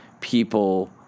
people